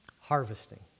Harvesting